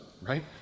Right